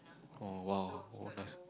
oh !wow! oh nice